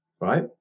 Right